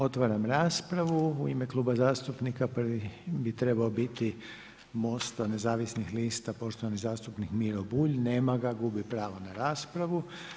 Otvaram raspravu u ime kluba zastupnika prvi bi trebao biti MOST-a nezavisnih lista, poštovani zastupnik Miro Bulj, nema ga, gubi pravo na raspravu.